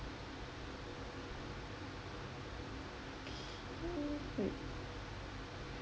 okay wait